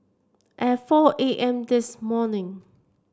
at four A M this morning